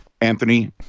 Anthony